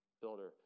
builder